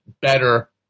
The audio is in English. better